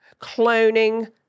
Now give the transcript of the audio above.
cloning